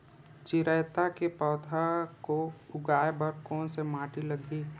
चिरैता के पौधा को उगाए बर कोन से माटी लगही?